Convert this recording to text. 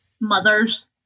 mother's